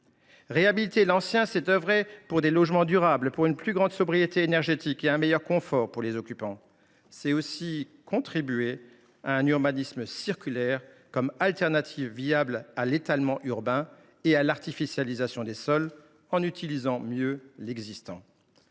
Réhabiliter l’ancien, c’est œuvrer à la construction de logements durables, à une plus grande sobriété énergétique et à un meilleur confort pour les occupants. C’est aussi contribuer à un urbanisme circulaire, moyen tout à fait viable d’éviter l’étalement urbain et l’artificialisation des sols, en utilisant mieux l’existant.